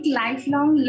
lifelong